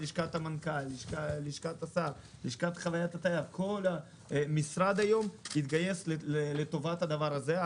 לשכת המנכ"ל ולשכת השר כל המשרד התגייס היום לטובת הדבר הזה.